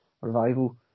revival